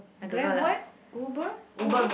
Grab what Uber Uber